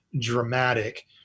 dramatic